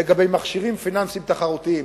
לגבי מכשירים פיננסיים תחרותיים,